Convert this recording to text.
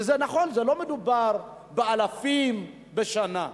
וזה נכון, לא מדובר באלפים בשנה.